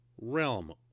realm